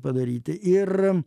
padaryti ir